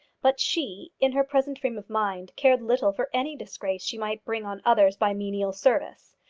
but she, in her present frame of mind, cared little for any disgrace she might bring on others by menial service.